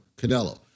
Canelo